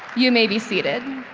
you may be seated.